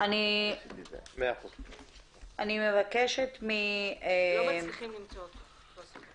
יש לך מה להוסיף על כל מה שעלה עד עכשיו.